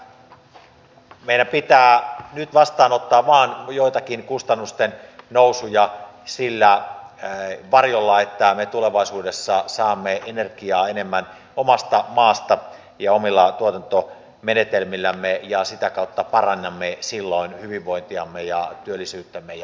elikkä meidän pitää nyt vastaanottaa vain joitakin kustannusten nousuja sillä varjolla että me tulevaisuudessa saamme energiaa enemmän omasta maasta ja omilla tuotantomenetelmillämme ja sitä kautta parannamme silloin hyvinvointiamme työllisyyttämme ja talouttamme